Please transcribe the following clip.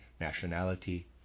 nationality